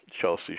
Chelsea